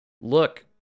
look